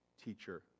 Teacher